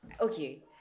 okay